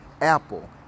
apple